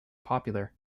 popular